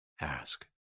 ask